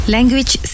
Language